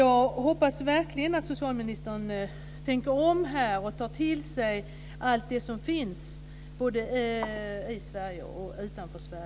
Jag hoppas verkligen att socialministern tänker om och tar till sig allt som finns, både i och utanför